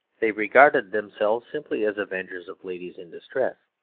they regarded themselves simply as avengers of ladies in distress,